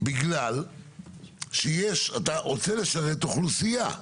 בגלל שאתה רוצה לשרת אוכלוסייה.